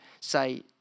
say